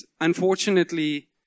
unfortunately